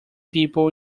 people